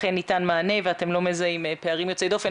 אכן ניתן מענה ואתם לא מזהים פערים יוצאי דופן,